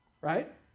right